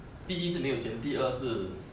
第一次是没有钱第二是